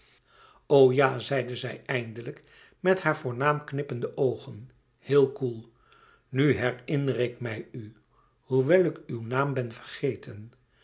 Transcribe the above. ja zeide zij eindelijk met haar voornaam knippende oogen heel koel nu herinner ik mij u hoewel ik uw naam ben vergeten